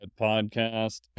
podcast